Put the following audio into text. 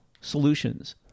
solutions